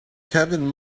kevin